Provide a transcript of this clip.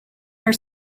are